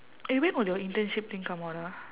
eh when will your internship thing come out ah